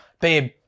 babe